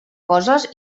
coses